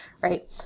Right